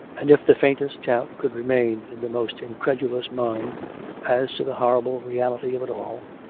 and, if the faintest doubt could remain in the most incredulous mind as to the horrible reality of it all,